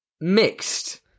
Mixed